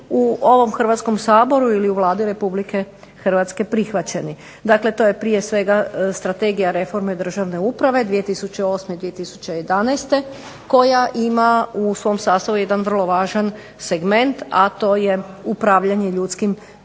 u ovom Hrvatskom saboru ili u Vladi Republike Hrvatske prihvaćeni. Dakle to je prije svega strategija reforme državne uprave 2008.-2011., koja ima u svom sastavu jedan vrlo važan segment, a to je upravljanje ljudskim